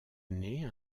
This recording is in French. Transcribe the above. année